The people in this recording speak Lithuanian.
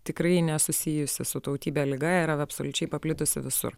tikrai nesusijusi su tautybe liga yra absoliučiai paplitusi visur